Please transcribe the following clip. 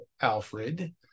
Alfred